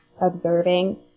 observing